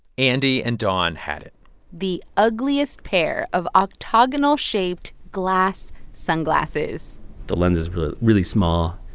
andy and don had it the ugliest pair of octagonal-shaped glass sunglasses the lenses were really small.